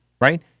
right